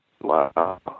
Wow